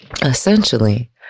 essentially